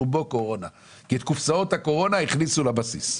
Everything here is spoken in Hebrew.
רובו קורונה כי את קופסאות הקורונה הכניסו לבסיס.